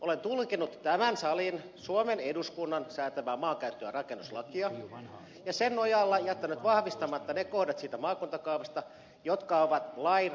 olen tulkinnut tämän salin suomen eduskunnan säätämää maakäyttö ja rakennuslakia ja sen nojalla jättänyt vahvistamatta ne kohdat siitä maakuntakaavasta jotka ovat lainvastaisia